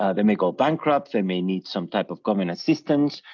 ah they may go bankrupt, they may need some type of common assistance,